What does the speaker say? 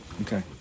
okay